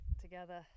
together